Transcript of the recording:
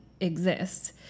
exists